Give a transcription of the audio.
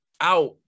out